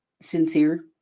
sincere